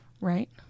right